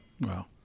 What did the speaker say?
Wow